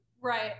right